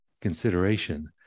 consideration